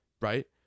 right